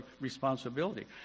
responsibility